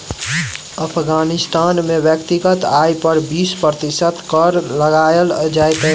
अफ़ग़ानिस्तान में व्यक्तिगत आय पर बीस प्रतिशत कर लगायल जाइत अछि